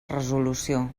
resolució